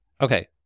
Okay